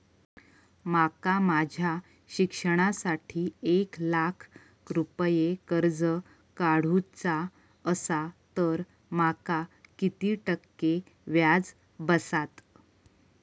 माका माझ्या शिक्षणासाठी एक लाख रुपये कर्ज काढू चा असा तर माका किती टक्के व्याज बसात?